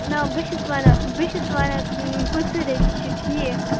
نَہ بہٕ چھَس وَنان بہٕ چھَس وَنان پٔژٕ رۄپیہِ چھِ ٹھیٖک